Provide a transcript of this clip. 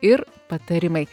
ir patarimai